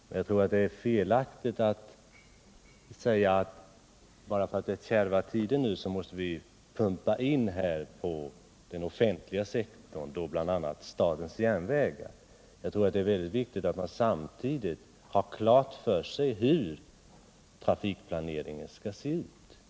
Men jag tror att det är felaktigt att säga att bara för att det nu är kärva tider måste vi pumpa in medel på den offentliga sektorn, bl.a. statens järnvägar. Det är enligt min mening mycket viktigt att man samtidigt har klart för sig hur trafikplaneringen skall se ut.